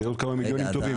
זה עוד כמה מיליונים טובים.